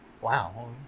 Wow